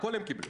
הכול הם קיבלו.